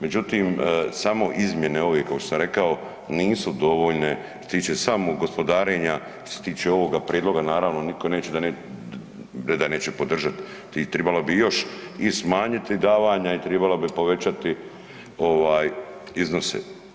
Međutim, samo izmjene ove kao što sam rekao nisu dovoljne što se tiče samog gospodarenja, što se tiče ovoga prijedloga naravno nitko neće da neće podržati tribala bi još i smanjiti davanja i tribala bi povećati ovaj iznose.